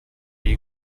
you